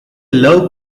low